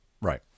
Right